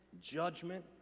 judgment